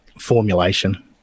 formulation